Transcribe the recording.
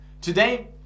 Today